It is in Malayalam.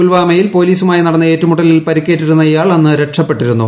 പുൽവാമയിൽ പൊലീസുമായി നടന്ന ഏറ്റുമുട്ടലിൽ പ്രിക്കേറ്റിരുന്ന ഇയാൾ അന്ന് രക്ഷപെട്ടിരുന്നു